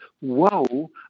Woe